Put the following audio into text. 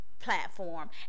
Platform